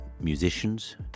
musicians